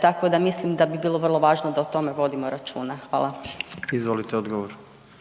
tako da mislim da bi bilo vrlo važno da o tome vodimo računa. Hvala. **Jandroković,